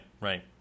right